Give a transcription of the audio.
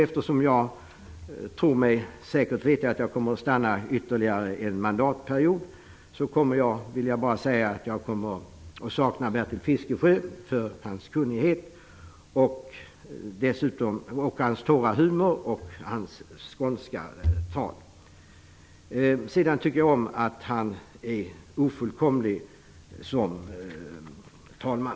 Eftersom jag tror mig säkert veta att jag kommer att vara kvar ytterligare en mandatperiod vill jag säga följande. Jag kommer att sakna Bertil Fiskesjö för hans kunnighet, hans torra humor och hans skånska tal. Jag tycker att han är oöverträffad som talman.